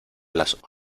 las